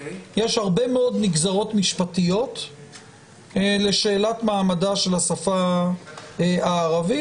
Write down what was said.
יש הרבה מאוד נגזרות משפטיות לשאלת מעמדה של השפה הערבית.